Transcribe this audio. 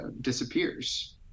disappears